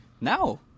now